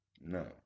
No